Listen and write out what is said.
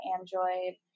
Android